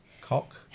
Cock